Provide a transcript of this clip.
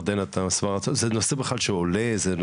ירדן, האם זה נושא שבכלל עולה?